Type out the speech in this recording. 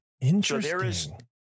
Interesting